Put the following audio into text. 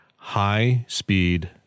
High-speed